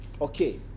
Okay